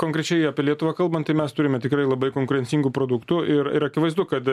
konkrečiai apie lietuvą kalbant tai mes turime tikrai labai konkurencingų produktų akivaizdu kad